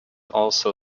also